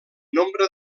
nombre